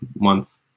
month